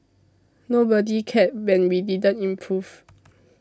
nobody cared when we didn't improve